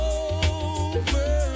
over